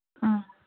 ꯑ